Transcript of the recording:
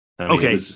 Okay